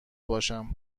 باشم